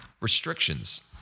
Restrictions